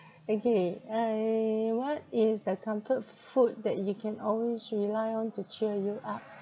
okay I what is the comfort food that you can always rely on to cheer you up